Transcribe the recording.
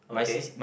okay